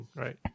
，right？